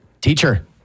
Teacher